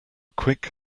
quick